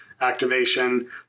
activation